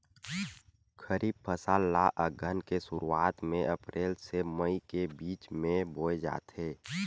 खरीफ फसल ला अघ्घन के शुरुआत में, अप्रेल से मई के बिच में बोए जाथे